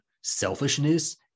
selfishness